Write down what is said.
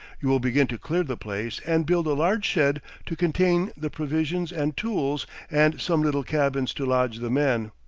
you will begin to clear the place and build a large shed to contain the provisions and tools and some little cabins to lodge the men.